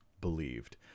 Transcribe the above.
believed